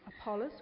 Apollos